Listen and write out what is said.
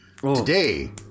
Today